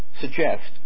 suggest